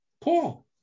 Paul